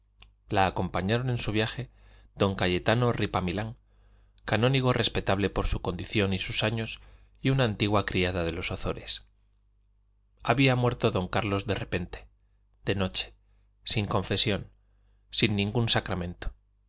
la acompañaron en su viaje don cayetano ripamilán canónigo respetable por su condición y sus años y una antigua criada de los ozores había muerto don carlos de repente de noche sin confesión sin ningún sacramento